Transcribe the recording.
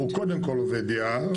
הוא קודם כל עובד יער,